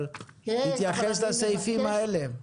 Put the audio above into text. אבל תתייחס לסעיפים האלה.